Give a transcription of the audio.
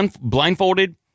blindfolded